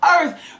earth